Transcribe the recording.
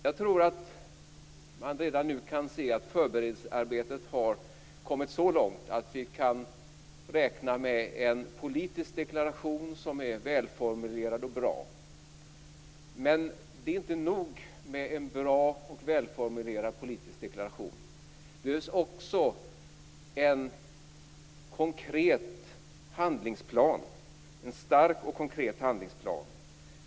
Jag tror att man redan nu kan se att förberedelsearbetet har kommit så långt att vi kan räkna med en politisk deklaration som är bra och välformulerad, men det är inte nog med en bra och välformulerad politisk deklaration. Det behövs också en stark och konkret handlingsplan.